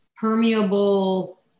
permeable